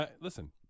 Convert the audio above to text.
Listen